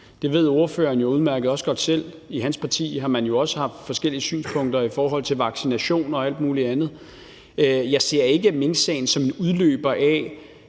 Det ved ordføreren jo også udmærket godt selv. I hans parti har man jo også haft forskellige synspunkter i forhold til vaccination og alt muligt andet. Jeg ser ikke minksagen som en udløber af